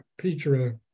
Petra